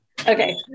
Okay